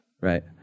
Right